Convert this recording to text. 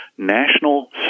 National